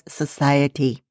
society